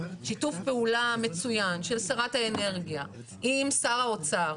שיתוף פעולה מצוין של שרת האנרגיה עם שר האוצר,